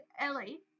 Ellie